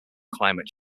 climate